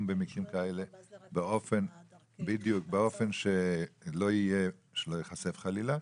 במקרים כאלה באופן שלא ייחשף חלילה.